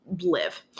live